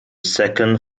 second